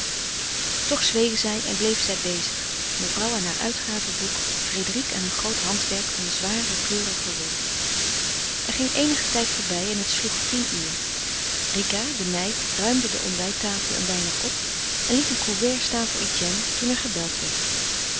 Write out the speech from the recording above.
toch zwegen zij en bleven zij bezig mevrouw aan haar uitgavenboek frédérique aan een groot handwerk van zware kleurige wol er ging eenige tijd voorbij en het sloeg tien uur rika de meid ruimde de ontbijttafel een weinig op en liet een couvert staan voor etienne toen er gebeld werd